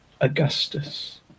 Augustus